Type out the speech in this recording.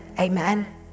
Amen